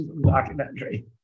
Documentary